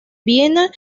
viena